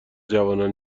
جوانان